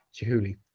chihuly